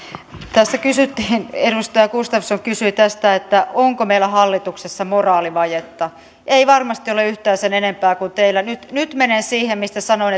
edustaja gustafsson kysyi onko meillä hallituksessa moraalivajetta ei varmasti ole yhtään sen enempää kuin teillä nyt nyt menen siihen mihin sanoin